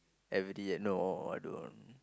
everyday no I don't